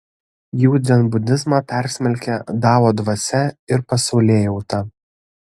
jų dzenbudizmą persmelkia dao dvasia ir pasaulėjauta